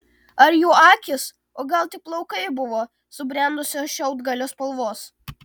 ar jų akys o gal tik plaukai buvo subrendusio šiaudgalio spalvos